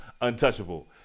untouchable